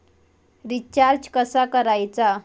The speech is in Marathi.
रिचार्ज कसा करायचा?